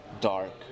dark